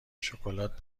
شکلات